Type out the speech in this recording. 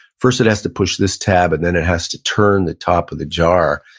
first, it has to push this tab and then it has to turn the top of the jar,